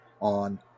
on